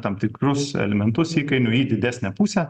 tam tikrus elementus įkainių į didesnę pusę